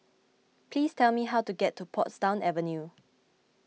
please tell me how to get to Portsdown Avenue